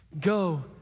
Go